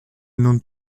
non